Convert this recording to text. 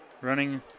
running